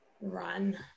run